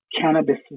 cannabis